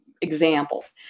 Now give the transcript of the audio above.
examples